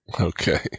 Okay